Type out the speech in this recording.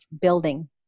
building